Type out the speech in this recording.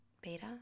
Beta